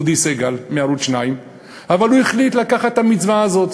אודי סגל מערוץ 2. הוא החליט לקחת את המצווה הזאת